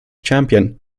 champion